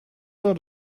that